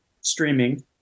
streaming